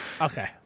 Okay